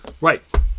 Right